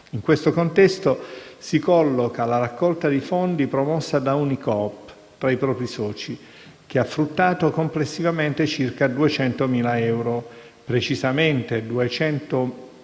In questo contesto, si colloca la raccolta di fondi promossa da Unicoop tra i propri soci, che ha fruttato complessivamente circa 200.000 euro - precisamente 201.680 euro